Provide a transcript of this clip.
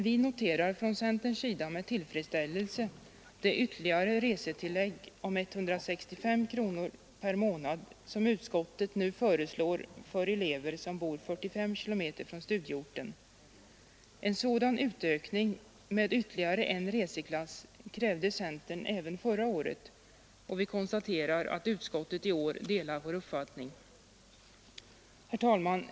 Vi noterar från centerns sida med tillfredsställelse det ytterligare resetillägg om 165 kronor per månad som utskottet nu föreslår för elever som bor 45 km från studieorten. En sådan utökning med ytterligare en reseklass krävde centern även förra året, och vi konstaterar att utskottet i år delar vår uppfattning. Herr talman!